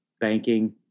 banking